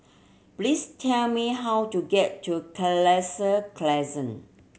please tell me how to get to Crescent